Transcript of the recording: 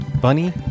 bunny